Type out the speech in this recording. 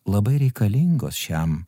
labai reikalingos šiam